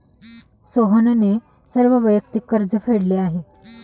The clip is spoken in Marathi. सोहनने सर्व वैयक्तिक कर्ज फेडले आहे